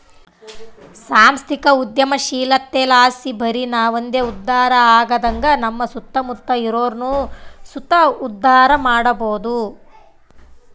ಸಾಂಸ್ಥಿಕ ಉದ್ಯಮಶೀಲತೆಲಾಸಿ ಬರಿ ನಾವಂದೆ ಉದ್ಧಾರ ಆಗದಂಗ ನಮ್ಮ ಸುತ್ತಮುತ್ತ ಇರೋರ್ನು ಸುತ ಉದ್ಧಾರ ಮಾಡಬೋದು